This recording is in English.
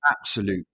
absolute